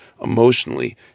emotionally